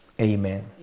Amen